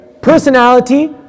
personality